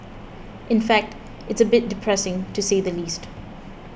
in fact it's a bit depressing to say the least